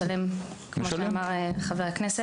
משלם באופן כזה או אחר.